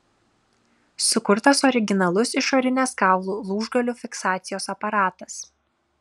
sukurtas originalus išorinės kaulų lūžgalių fiksacijos aparatas